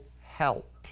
help